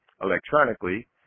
electronically